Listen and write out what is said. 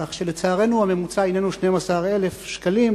כך שלצערנו הממוצע איננו 12,000 ש"ח